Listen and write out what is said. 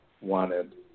wanted